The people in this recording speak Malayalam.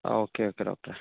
ഓക്കെ ഓക്കെ ഡോക്ടറെ